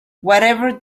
whatever